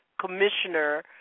commissioner